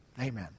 Amen